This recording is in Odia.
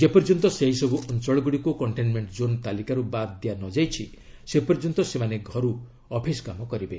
ଯେପର୍ଯ୍ୟନ୍ତ ସେହିସବୁ ଅଞ୍ଚଳଗୁଡ଼ିକୁ କଣ୍ଟେନମେଙ୍କ ଜୋନ୍ ତାଲିକାରୁ ବାଦ୍ ଦିଆନଯାଇଛି ସେପର୍ଯ୍ୟନ୍ତ ସେମାନେ ଘରୁ ଅଫିସ କାମ କରିବେ